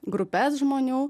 grupes žmonių